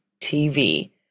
TV